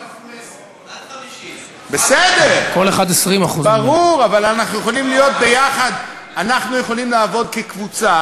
של דיור בר-השגה גם לציבור הכללי: דיור בר-השגה לזוגות צעירים,